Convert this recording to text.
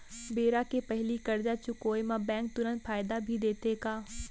बेरा के पहिली करजा चुकोय म बैंक तुरंत फायदा भी देथे का?